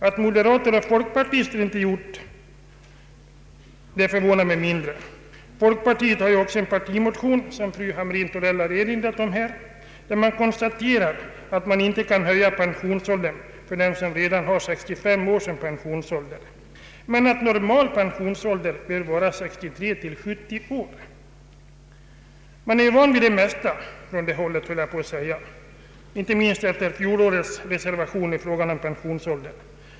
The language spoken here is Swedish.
Att moderater och folkpartister inte stöder förslaget förvånar mig mindre. Folkpartiet har också en partimotion, vilket fru Hamrin-Thorell erinrat om, där man konstaterar att pensionsåldern inte kan höjas för den som redan har 65 år som pensionsålder men att normal pensionsålder bör vara 63—70 år. Man är ju van vid det mesta från det hållet, höll jag på att säga — detta inte minst efter fjolårets reservation i frågan om pensionsåldern.